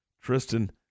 Tristan